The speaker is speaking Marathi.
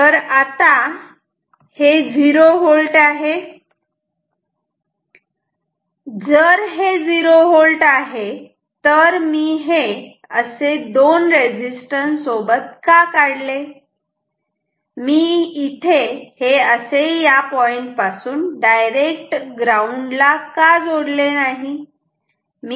तर आता हे झिरो व्होल्ट आहे जर हे झिरो व्होल्ट आहे तर मी हे असे दोन रेझिस्टन्स सोबत का काढले मी इथे हे असे या पॉईंट पासून डायरेक्ट ग्राऊंड ला का जोडले नाही